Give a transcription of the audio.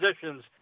positions –